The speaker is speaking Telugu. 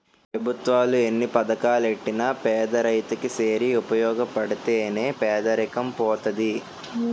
పెభుత్వాలు ఎన్ని పథకాలెట్టినా పేదరైతు కి సేరి ఉపయోగపడితే నే పేదరికం పోతది